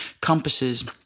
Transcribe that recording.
compasses